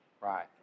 Right